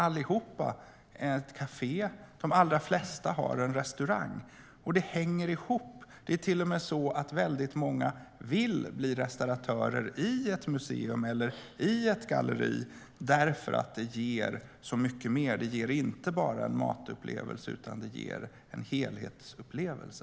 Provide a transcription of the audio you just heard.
Alla har ett kafé, och de allra flesta har en restaurang. Det hänger ihop. Det är till och med så att väldigt många vill bli restauratörer i ett museum eller i ett galleri därför att det ger så mycket mer. Det ger inte bara en matupplevelse, utan det ger en helhetsupplevelse.